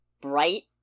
bright